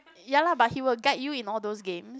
ya lah but he will guide you in all those games